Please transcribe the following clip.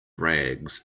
rags